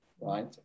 right